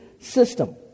system